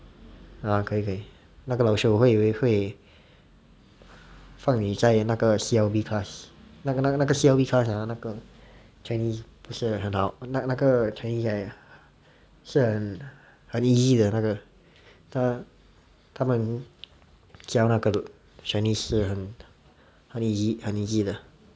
ah 可以可以那个老师会会会放你在那个 C_L_B class 那个那个那个 C_L_B class ah 那个 chinese 不是很好那个那个 chinese 是很 easy 的那个他他们教那个 chinese 是很 easy 很 easy 的